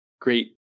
great